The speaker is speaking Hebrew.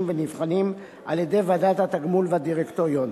ונבחנים על-ידי ועדת התגמול והדירקטוריון.